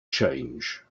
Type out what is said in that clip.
change